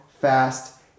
fast